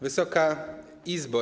Wysoka Izbo!